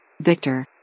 Victor